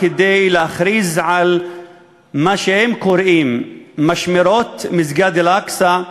להכריז על מה שהם קוראים "משמרות מסגד אל-אקצא"